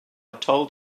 told